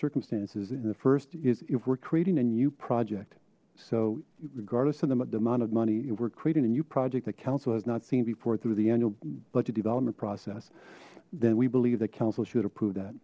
circumstances in the first is if we're creating a new project so regardless of them at the amount of money if we're creating a new project that council has not seen before through the annual budget development process then we believe that council should approve that